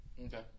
Okay